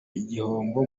igihombo